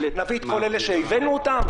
נביא את כל אלה שהבאנו אותם?